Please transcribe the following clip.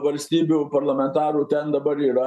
valstybių parlamentarų ten dabar yra